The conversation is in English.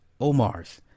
Omars